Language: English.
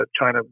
China